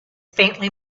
faintly